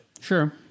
Sure